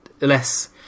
less